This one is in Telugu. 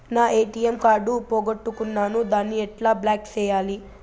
నా ఎ.టి.ఎం కార్డు పోగొట్టుకున్నాను, దాన్ని ఎట్లా బ్లాక్ సేయాలి?